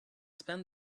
spend